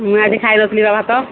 ମୁଁ ଆଜି ଖାଇନଥିଲି ପା ଭାତ